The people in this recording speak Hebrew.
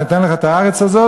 אני נותן לך את הארץ הזאת,